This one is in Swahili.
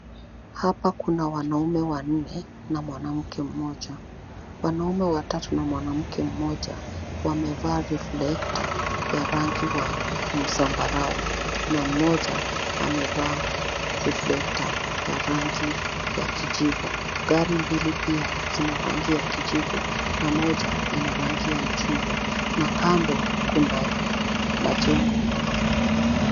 Hapa kuna wanaume wanne na mwanamke mmoja. Wanaume watatu na mwanamke mmoja wamevaa reflector ya rangi wa zambarau na mmoja amevaa reflector ya rangi ya kijivu. Gari mbili pia zina rangi ya kijivu na moja ina rangi ya chungwa na kando kuna majengo.